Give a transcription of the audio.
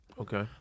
Okay